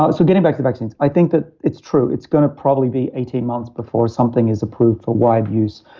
so getting back to the vaccines, i think that it's true, it's going to probably be eighteen months before something is approved for wide use